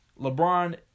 LeBron